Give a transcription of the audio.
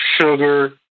sugar